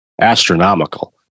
astronomical